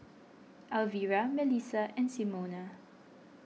Alvira Mellisa and Simona